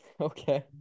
Okay